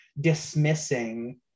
dismissing